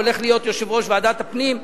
הוא הולך להיות יושב-ראש ועדת הפנים,